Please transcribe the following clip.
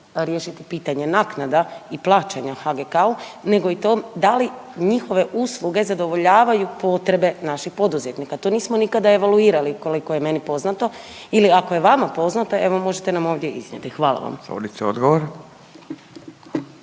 riješiti pitanje naknada i plaćanja HGK-u nego i tom da li njihove usluge zadovoljavaju potrebe naših poduzetnika. To nismo nikada evaluirali koliko je meni poznato ili ako je vama poznato možete nam ovdje iznijeti. Hvala vam.